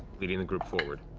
leading the group forward.